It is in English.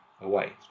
away